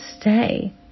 stay